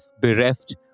bereft